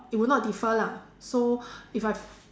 it will not differ lah so if I